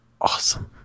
awesome